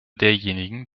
derjenigen